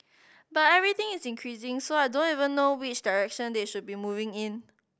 but everything is increasing so I don't even know which direction they should be moving in